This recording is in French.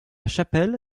chapelle